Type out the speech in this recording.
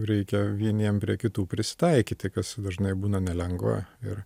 reikia vieniem prie kitų prisitaikyti kas dažnai būna nelengva ir